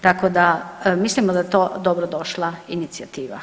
Tako da mislimo da je to dobrodošla inicijativa.